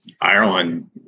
Ireland